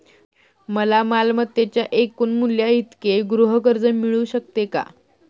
मला मालमत्तेच्या एकूण मूल्याइतके गृहकर्ज मिळू शकेल का?